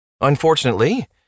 Unfortunately